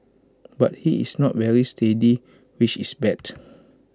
but he is not very steady which is bad